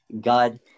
God